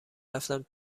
رفتم